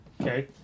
Okay